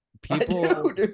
people